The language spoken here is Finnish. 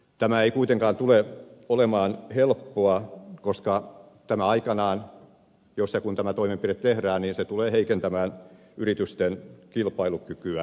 tämä ei kuitenkaan tule olemaan helppoa koska tämä aikanaan jos ja kun tämä toimenpide tehdään tulee heikentämään yritysten kilpailukykyä